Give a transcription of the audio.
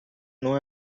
não